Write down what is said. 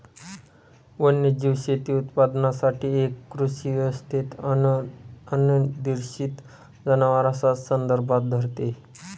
वन्यजीव शेती उत्पादनासाठी एक कृषी व्यवस्थेत अनिर्देशित जनावरांस संदर्भात धरते